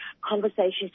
conversations